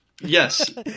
Yes